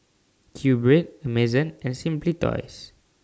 Q Bread Amazon and Simply Toys